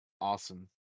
awesome